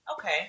Okay